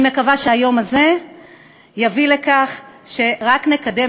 אני מקווה שהיום הזה יביא לכך שרק נקדם